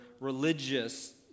religious